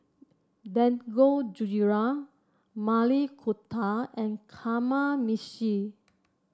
Dangojiru Maili Kofta and Kamameshi